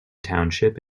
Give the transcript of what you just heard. township